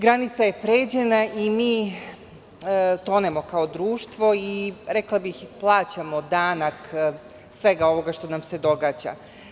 Granica je pređena i mi tonemo kao društvo i rekla bih, plaćamo danak svega ovog što nam se događa.